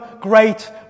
great